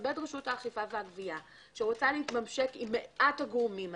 תתכבד רשות האכיפה והגבייה שרוצה להתממשק עם מעט הגורמים האלה,